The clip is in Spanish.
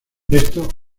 esto